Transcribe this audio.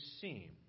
seem